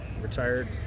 retired